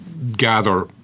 Gather